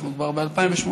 כי אנחנו כבר ב-2018,